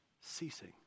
ceasing